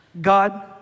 God